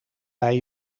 bij